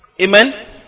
Amen